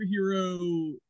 superhero